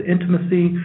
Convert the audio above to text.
intimacy